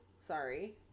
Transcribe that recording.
sorry